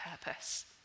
purpose